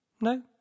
No